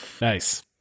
Nice